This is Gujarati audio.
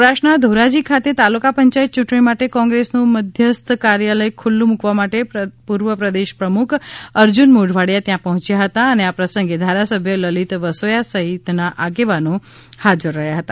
સૌરાષ્ટ્રના ધોરાજી ખાતે તાલુકા પંચાયત યૂંટણી માટે કોંગ્રેસ્સ નું મધ્યસ્થ કાર્યાલય ખુલ્લુ મૂકવા માટે પૂર્વ પ્રદેશ પ્રમુખ અર્જુન મોઢવાડિયા ત્યાં પર્હોચ્યા હતા અને આ પ્રસંગે ધારાસભ્ય લલિત વસોયા સહિતના આગેવાનો હાજર રહ્યા હતા